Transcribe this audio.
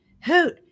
hoot